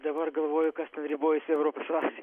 dabar galvoju kas ten ribojasi europa su azija